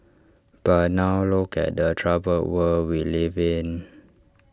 but now look at the troubled world we live in